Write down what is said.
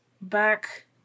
back